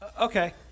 okay